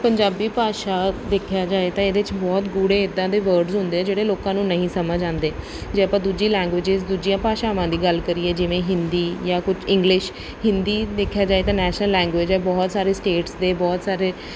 ਪੰਜਾਬੀ ਭਾਸ਼ਾ ਦੇਖਿਆ ਜਾਵੇ ਤਾਂ ਇਹਦੇ 'ਚ ਬਹੁਤ ਗੂੜੇ ਇੱਦਾਂ ਦੇ ਵਰਡਸ ਹੁੰਦੇ ਆ ਜਿਹੜੇ ਲੋਕਾਂ ਨੂੰ ਨਹੀਂ ਸਮਝ ਆਉਂਦੇ ਜੇ ਆਪਾਂ ਦੂਜੀ ਲੈਂਗੁਏਜਜ ਦੂਜੀਆਂ ਭਾਸ਼ਾਵਾਂ ਦੀ ਗੱਲ ਕਰੀਏ ਜਿਵੇਂ ਹਿੰਦੀ ਜਾਂ ਕੁਝ ਇੰਗਲਿਸ਼ ਹਿੰਦੀ ਦੇਖਿਆ ਜਾਵੇ ਤਾਂ ਨੈਸ਼ਨਲ ਲੈਂਗੁਏਜ ਹੈ ਬਹੁਤ ਸਾਰੇ ਸਟੇਟਸ ਦੇ ਬਹੁਤ ਸਾਰੇ